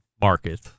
market